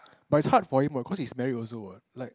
but it's hard for him what cause he's married also what like